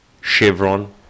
Chevron